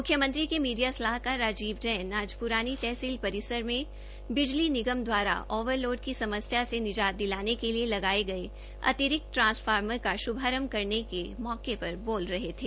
मुख्यमंत्री के मीडिया सलाहकार राजीव जैन आज पुरानी तहसील परिसर में बिजली निगम द्वारा ओवरलोड की समस्या से निजात दिलाने के लिए लगाए गए अतिरिक्त ट्रांसफार्मर का श्रभारंभ करने के मौके पर बोल रहे थे